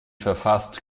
verfasst